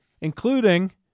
including